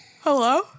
Hello